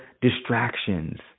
distractions